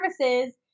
services